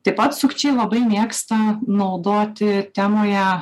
taip pat sukčiai labai mėgsta naudoti temoje